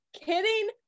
kidding